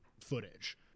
footage